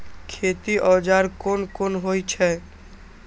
खेती औजार कोन कोन होई छै?